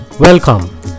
Welcome